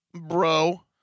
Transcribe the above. bro